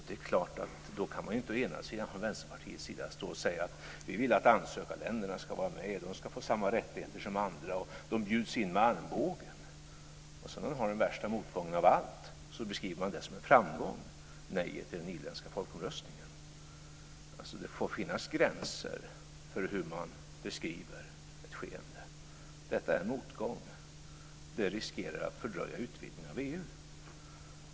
Det är klart att Vänsterpartiet då inte kan säga att man vill att ansökarländerna ska ha samma rättigheter som andra och att de bjuds in med armbågen. Den värsta motgången av alla beskriver man som en framgång, nejet i den irländska folkomröstningen. Det får finnas gränser för hur man beskriver ett skeende. Detta är en motgång som riskerar att fördröja utvidgningen av EU.